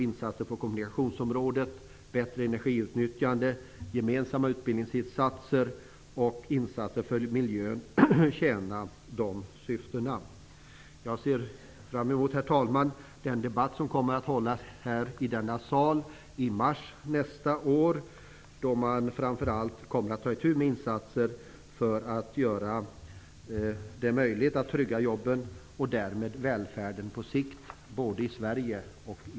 Insatser på kommunikationsområdet, bättre energiutnyttjande, gemensamma utbildningsinsatser och insatser för miljön kan tjäna de syftena. Herr talman! Jag ser fram emot den debatt som kommer att hållas i denna sal i mars nästa år, då man framför allt kommer at ta itu med insatserna för att göra det möjligt att trygga jobben och därmed välfärden på sikt, både i Sverige och i